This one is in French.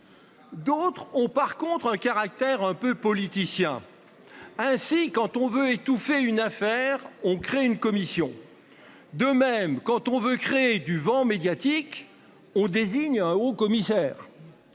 D'autres ont par contre un caractère un peu politicien. Ainsi, quand on veut étouffer une affaire on crée une commission. De même, quand on veut créer du vent médiatique on désigne un haut-commissaire.